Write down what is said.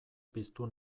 piztu